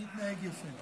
אני אתנהג יפה.